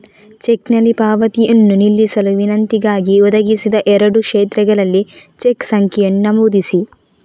ಚೆಕ್ನಲ್ಲಿ ಪಾವತಿಯನ್ನು ನಿಲ್ಲಿಸಲು ವಿನಂತಿಗಾಗಿ, ಒದಗಿಸಿದ ಎರಡೂ ಕ್ಷೇತ್ರಗಳಲ್ಲಿ ಚೆಕ್ ಸಂಖ್ಯೆಯನ್ನು ನಮೂದಿಸಿ